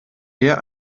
eher